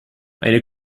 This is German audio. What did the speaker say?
eine